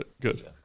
good